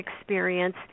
experience